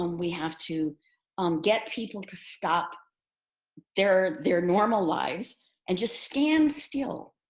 um we have to um get people to stop their their normal lives and just stand still.